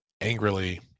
angrily